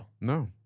No